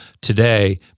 today